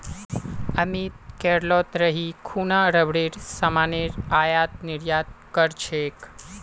अमित केरलत रही खूना रबरेर सामानेर आयात निर्यात कर छेक